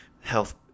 health